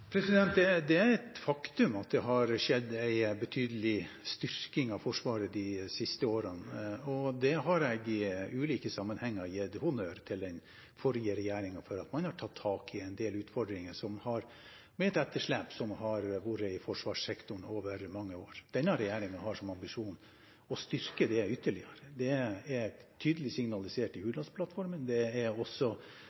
Det er et faktum at det har skjedd en betydelig styrking av Forsvaret de siste årene, og jeg har i ulike sammenhenger gitt honnør til den forrige regjeringen for at man har tatt tak i en del utfordringer med et etterslep som har vært i forsvarssektoren over mange år. Denne regjeringen har som ambisjon å styrke det ytterligere. Det er tydelig signalisert i